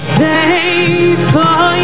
faithful